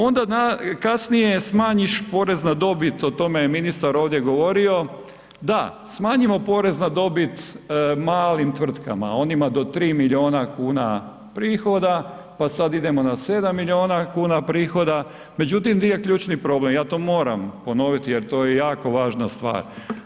Onda kasnije smanjiš porez na dobit, o tome je ministar ovdje govorio, da, smanjimo porez na dobit malim tvrtkama, onima do 3 milijuna kuna prihoda pa sad idemo na 7 milijuna kuna prihoda, međutim di je ključni problem, ja to moram ponoviti jer to je jako važna stvar.